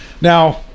Now